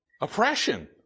Oppression